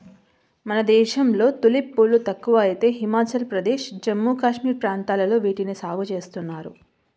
మన దేశంలో తులిప్ పూలు తక్కువ అయితే హిమాచల్ ప్రదేశ్, జమ్మూ కాశ్మీర్ ప్రాంతాలలో వీటిని సాగు చేస్తున్నారు